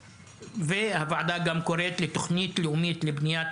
הוועדה גם קוראת לתוכנית לאומית לבניית